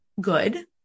good